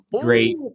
Great